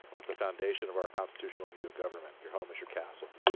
that's a foundation of our constitutional view of government. your home is your castle,